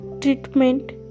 treatment